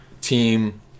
team